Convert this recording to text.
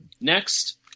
next